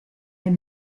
del